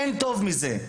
אין טוב מזה.